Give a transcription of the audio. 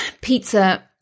pizza